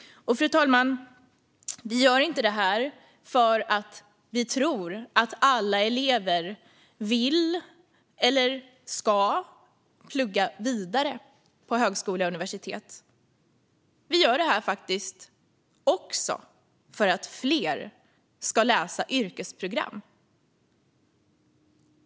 Fru talman! Vi gör inte detta för att vi tror att alla elever vill eller ska plugga vidare på högskola eller universitet. Vi gör faktiskt detta också för att fler ska läsa yrkesprogram.